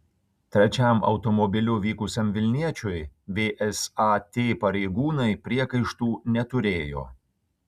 trečiam automobiliu vykusiam vilniečiui vsat pareigūnai priekaištų neturėjo